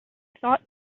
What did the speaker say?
thought